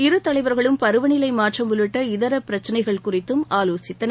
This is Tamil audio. இருதலைவர்களும் பருவநிலை மாற்றம் உள்ளிட்ட இதர பிரச்சினைகள் குறித்தும் ஆலோசித்தனர்